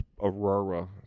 Aurora